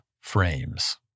Frames